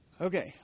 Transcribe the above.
Okay